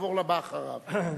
נעבור לבא אחריו.